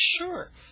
sure